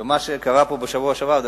מה שקרה בשבוע שעבר,